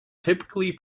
typically